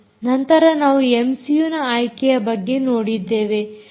ನಂತರ ನಾವು ಎಮ್ಸಿಯೂನ ಆಯ್ಕೆಯ ಬಗ್ಗೆ ನೋಡಿದ್ದೇವೆ